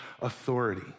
authority